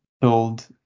told